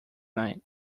night